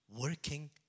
working